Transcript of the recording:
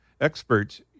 experts